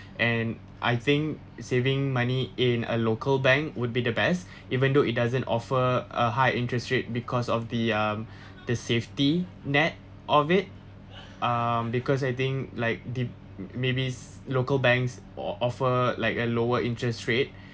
and I think saving money in a local bank would be the best even though it doesn't offer a high interest rate because of the um the safety net of it um because I think like the maybes local banks o~ offer like a lower interest rate